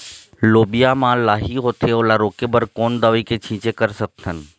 लोबिया मा लाही होथे ओला रोके बर कोन दवई के छीचें कर सकथन?